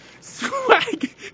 swag